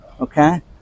okay